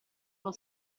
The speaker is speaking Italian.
uno